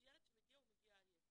ילד שמגיע, הוא מגיע עייף.